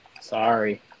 sorry